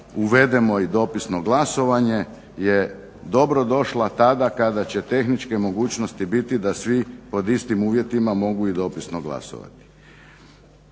uvedemo i dopisno glasovanje je dobrodošla tada kada će tehničke mogućnosti biti da svi pod istim uvjetima mogu i dopisno glasovati.